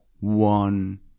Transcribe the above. one